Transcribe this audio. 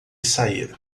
sair